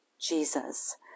Jesus